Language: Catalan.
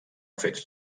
fets